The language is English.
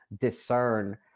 discern